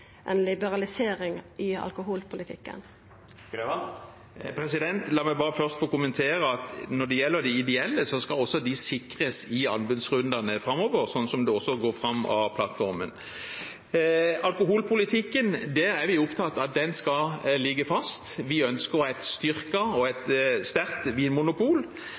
ei liberalisering av alkoholpolitikken? La meg bare først få kommentere at når det gjelder de ideelle, skal også de sikres i anbudsrundene framover, som det også går fram av plattformen. Vi er opptatt av at alkoholpolitikken skal ligge fast. Vi ønsker et styrket og et sterkt vinmonopol.